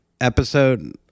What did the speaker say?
episode